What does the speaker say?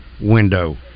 window